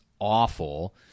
awful